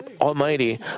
almighty